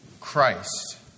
Christ